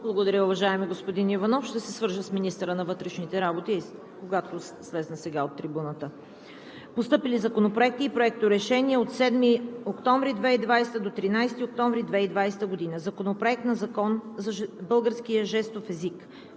Благодаря, уважаеми господин Иванов. Ще се свържа с министъра на вътрешните работи, когато сляза от трибуната. Постъпили законопроекти и проекторешения от 7 до 13 октомври 2020 г.: Законопроект на Закон за българския жестов език.